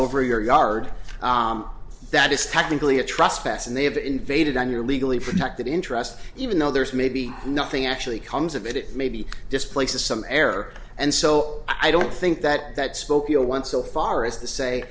over your yard that is technically a trust pass and they have invaded on your legally protected interest even though there's maybe nothing actually comes of it maybe displaces some error and so i don't think that that spokeo went so far as the say